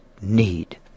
need